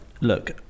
look